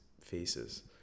faces